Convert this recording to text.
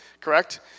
correct